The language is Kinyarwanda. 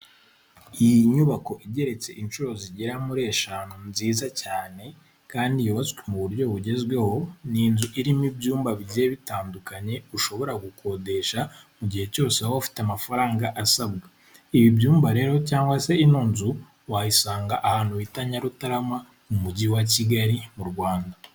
Iyi nyubako igeretse inshuro zigera muri eshanu nziza cyane kandi yubatswe mu buryo bugezweho ni inzu irimo ibyumba bigiye bitandukanye ushobora gukodesha mu gihe cyose waba ufite amafaranga asabwa, ibi byumba rero cyangwa se ino nzu wayisanga ahantu bita Nyarutarama mu mujyi wa Kigali mu Rwanda.